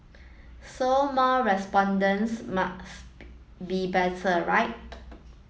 so more respondents must be better right